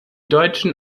deutschen